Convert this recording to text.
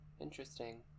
interesting